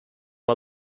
are